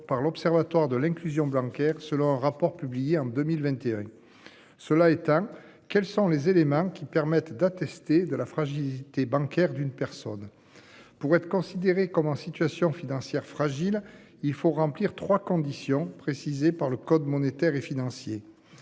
par l'Observatoire de l'inclusion bancaire, selon un rapport publié en 2021. Cela étant, quels sont les éléments qui permettent d'attester de la fragilité bancaire d'une personne. Pour être considérés comme en situation financière fragile. Il faut remplir 3 conditions précisées par le code monétaire et financier.